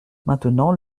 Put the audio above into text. maintenant